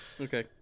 Okay